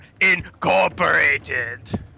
Incorporated